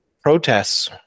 protests